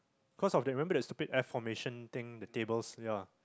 cause of that remember that stupid F formation thing the tables ya